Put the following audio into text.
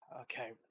Okay